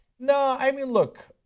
no, i mean look,